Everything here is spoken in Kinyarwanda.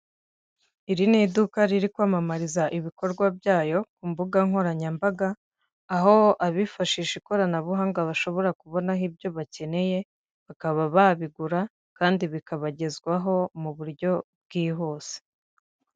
Iri ni iduka riri kwamamariza ibikorwa byayo ku mbuga nkoranyambaga, aho abifashisha ikoranabuhanga bashobora kubonaho ibyo bakeneye, bakaba babigura kandi bikabagezwaho mu buryo bwihuse.